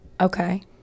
Okay